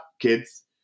kids